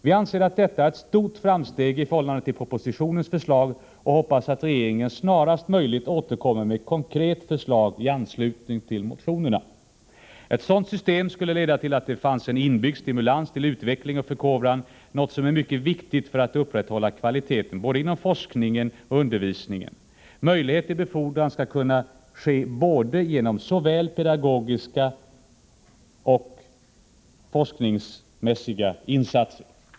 Vi anser att detta är ett stort framsteg i förhållande till propositionens förslag och hoppas att regeringen snarast möjligt återkommer med ett konkret förslag i anslutning till motionerna. Ett sådant system skulle leda till att det fanns en inbyggd stimulans till utveckling och förkovran, något som är mycket viktigt för att upprätthålla kvaliteten inom både forskning och undervisning. Möjlighet till befordran skall kunna ges genom såväl pedagogiska som forskningsmässiga insatser.